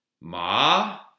ma